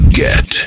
get